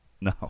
No